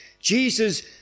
Jesus